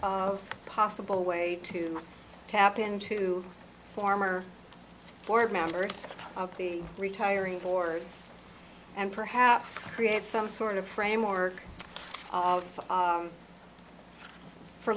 of possible way to tap into former board member of the retiring boards and perhaps create some sort of framework